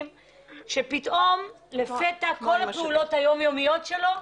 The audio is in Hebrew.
כאשר לפתע כל הפעולות היום יומיות שלו,